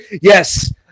Yes